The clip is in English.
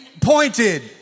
pointed